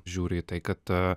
žiūri į tai kad